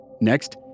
Next